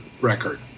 record